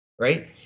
right